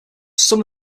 some